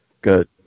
Good